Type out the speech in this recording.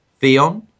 Theon